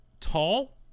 tall